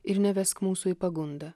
ir nevesk mūsų į pagundą